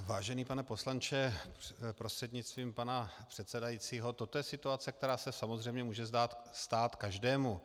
Vážený pane poslanče prostřednictvím pana předsedajícího, toto je situace, která se samozřejmě může stát každému.